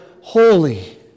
holy